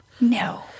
No